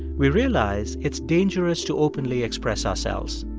we realize it's dangerous to openly express ourselves.